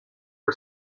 for